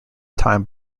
time